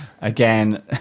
Again